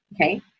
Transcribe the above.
okay